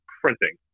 printing